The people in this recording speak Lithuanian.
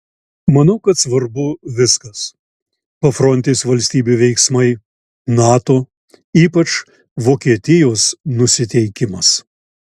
manau kad svarbu viskas pafrontės valstybių veiksmai nato ypač vokietijos nusiteikimas